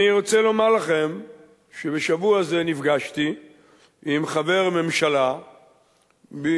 אני רוצה לומר לכם שבשבוע זה נפגשתי עם חבר ממשלה ממדינה